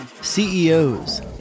CEOs